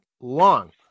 long